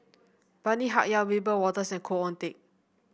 Bani Haykal Wiebe Wolters and Khoo Oon Teik